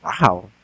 Wow